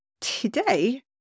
Today